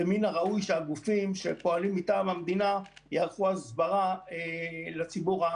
ומן הראוי שהגופים שפועלים מטעם המדינה יערכו הסברה לאוכלוסייה